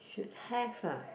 should have lah